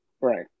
right